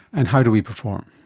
and how do we perform?